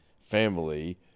family